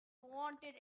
wanted